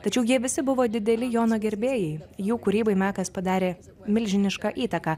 tačiau jie visi buvo dideli jono gerbėjai jų kūrybai mekas padarė milžinišką įtaką